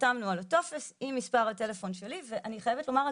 חתמנו על טופס עם מספר הטלפון שלי ואני חייבת לומר,